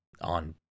on